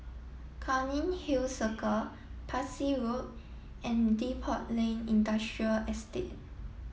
Cairnhill Circle Parsi Road and Depot Lane Industrial Estate